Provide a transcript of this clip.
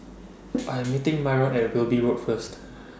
I Am meeting Myron At Wilby Road First